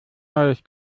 neues